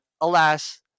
alas